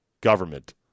government